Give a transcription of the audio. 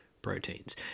proteins